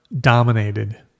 dominated